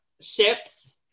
ships